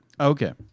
Okay